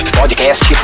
podcast